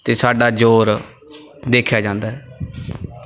ਅਤੇ ਸਾਡਾ ਜ਼ੋਰ ਦੇਖਿਆ ਜਾਂਦਾ ਹੈ